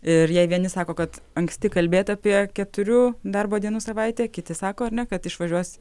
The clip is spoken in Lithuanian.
ir jei vieni sako kad anksti kalbėt apie keturių darbo dienų savaitę kiti sako ar ne kad išvažiuos